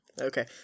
Okay